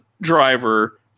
driver